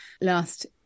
last